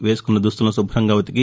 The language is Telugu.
వేసుకున్న దుస్తులను శుభ్రంగా ఉతికి